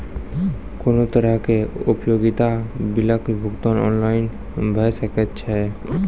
कुनू तरहक उपयोगिता बिलक भुगतान ऑनलाइन भऽ सकैत छै?